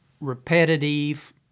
repetitive